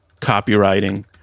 copywriting